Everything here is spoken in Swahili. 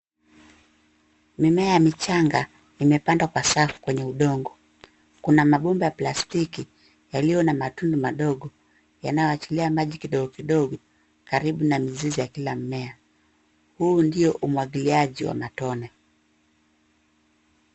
Mimea michanga imepandwa kwa safu kwenye udongo. Kuna mabomba ya plastiki yaliyo na matundu madogo yanayoachilia maji kidogo kidogo karibu na mizizi ya kila mmea. Huu ndio umwagiliaji wa matone.